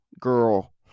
girl